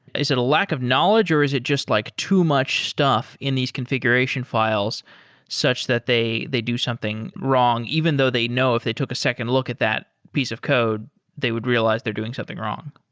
is a lack of knowledge or is it just like too much stuff in these configuration files such that they they do something wrong, even though they know if they took a second look at that piece of code they would realize they're doing something wrong?